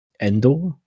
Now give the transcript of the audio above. Endor